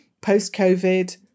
post-COVID